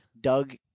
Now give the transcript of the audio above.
Doug